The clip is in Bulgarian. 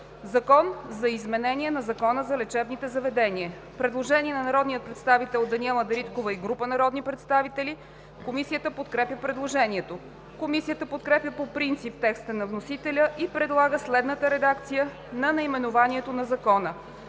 „Закон за изменение на Закона за лечебните заведения“. Предложение на народния представител Даниела Дариткова и група народни представители. Комисията подкрепя предложението. Комисията подкрепя по принцип текста на вносителя и предлага следната редакция на наименованието на Закона: